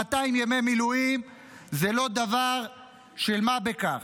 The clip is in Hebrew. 200 ימי מילואים זה לא דבר של מה בכך,